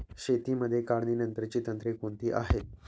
शेतीमध्ये काढणीनंतरची तंत्रे कोणती आहेत?